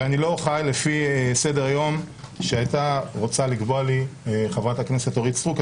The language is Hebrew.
ואני לא חי לפי סדר היום שהיתה רוצה לקבוע לי חברת הכנסת אורית סטרוק.